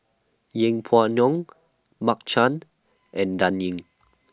Yeng Pway Ngon Mark Chan and Dan Ying